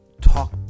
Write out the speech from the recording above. talk